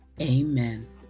Amen